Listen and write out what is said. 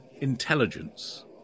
intelligence